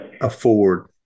afford